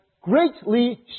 greatly